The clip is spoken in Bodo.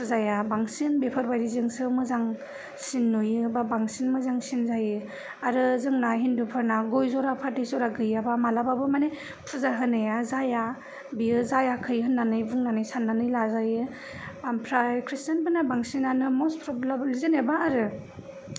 फुजाया बांसिन बेफोरबादि जोंसो मोजां सिन नुयो बा बांसिन मोजांसिन जायो आरो जोंना हिन्दुफोरना गय ज'रा फाथै ज'रा गैयाबा मालाबाबो मानि फुजा होनाया जाया बियो जायाखै होनानै बुनानै साननानै लाजायो ओमफ्राय खृीष्टानफोरना बांसिनानो मासफ्रब्लाबो जेनोबा आरो